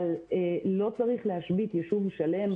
אבל לא צריך להשבית יישוב שלם,